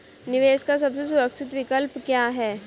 निवेश का सबसे सुरक्षित विकल्प क्या है?